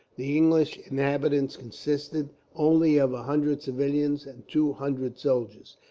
the english inhabitants consisted only of a hundred civilians, and two hundred soldiers.